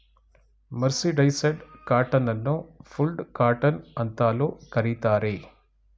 mercerised cotton ಅನ್ನು ಫುಲ್ಡ್ cotton ಅಂತಲೂ ಕರಿತಾರೆ